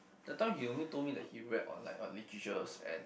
that time he only told me that he read or like what literature and